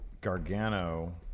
Gargano